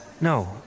No